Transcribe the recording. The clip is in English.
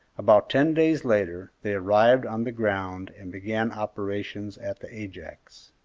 about ten days later they arrived on the ground and began operations at the ajax.